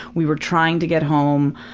we were trying to get home,